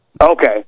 Okay